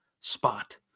spot